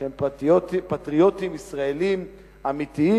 והם פטריוטים ישראלים אמיתיים,